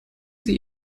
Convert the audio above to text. sie